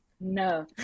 No